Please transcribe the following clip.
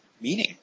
meaning